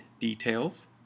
details